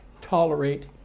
tolerate